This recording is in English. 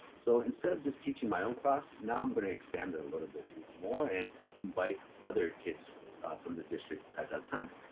so instead of just teaching my own class, now i'm going to expand that a little bit more, and invite other kids from the district at that time.